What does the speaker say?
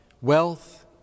wealth